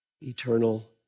eternal